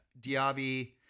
Diaby